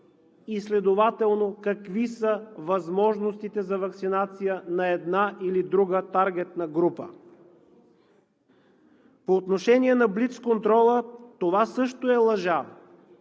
да се ваксинира и какви са възможностите за ваксинация на една или друга таргетна група? По отношение на блиц контрола. Това също е лъжа.